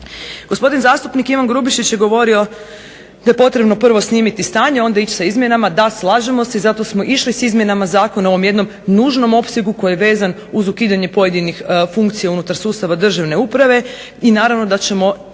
Gospodin zastupnik Ivan Grubišić je govorio da je potrebno prvo snimiti stanje, a onda ići sa izmjenama. Da, slažemo se i zato smo išli s izmjenama zakona u ovom jednom nužnom opsegu koji je vezan uz ukidanje pojedinih funkcija unutar sustava državne uprave. I naravno da ćemo